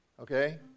Okay